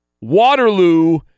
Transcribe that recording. Waterloo